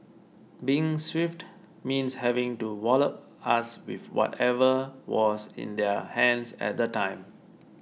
being swift means having to wallop us with whatever was in their hands at the time